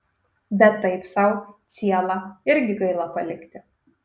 bet taip sau cielą irgi gaila palikti